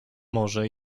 może